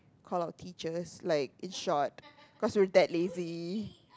call our teachers like in short cause we're that lazy